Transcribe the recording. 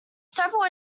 several